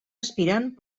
aspirant